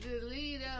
Delete